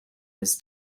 his